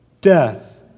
death